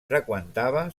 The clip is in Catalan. freqüentava